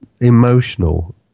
emotional